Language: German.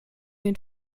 den